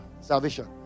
salvation